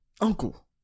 Uncle